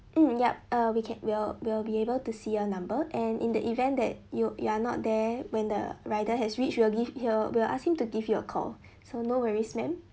mm yup uh we can we'll we'll be able to see your number and in the event that you you are not there when the rider has reached we'll give he'll we'll ask him to give you a call so no worries madam